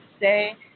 say –